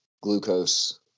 glucose